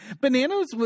Bananas